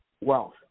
Wealth